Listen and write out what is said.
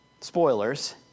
spoilers